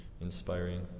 inspiring